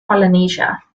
polynesia